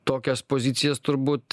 tokias pozicijas turbūt